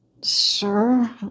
Sir